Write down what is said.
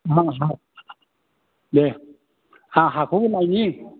अ अ दे आं हाखौ नायनि